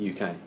UK